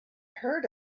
heard